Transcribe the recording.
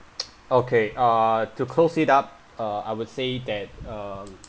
okay uh to close it up uh I would say that um